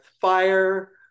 fire